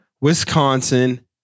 Wisconsin